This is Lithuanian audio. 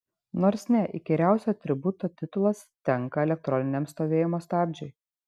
nors ne įkyriausio atributo titulas tenka elektroniniam stovėjimo stabdžiui